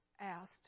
asked